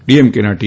ડીએમકેના T